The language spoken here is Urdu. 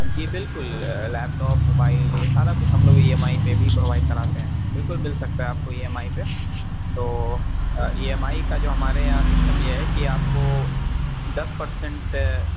جی بالکل لیپ ٹاپ موبائل یہ سارا کچھ ہم لوگ ای ایم آئی پہ بھی پرووائڈ کراتے ہیں بالکل مل سکتا ہے آپ کو ای ایم آئی پہ تو ای ایم آئی کا جو ہمارے یہاں سسٹم یہ ہے کہ آپ کو دس پرسینٹ